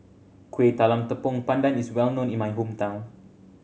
Kueh Talam Tepong Pandan is well known in my hometown